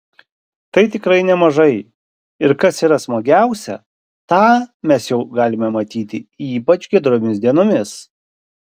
tai tikrai nemažai ir kas yra smagiausia tą mes jau galime matyti ypač giedromis dienomis